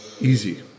easy